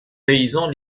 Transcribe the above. paysans